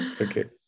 Okay